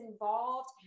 involved